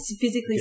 physically